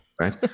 right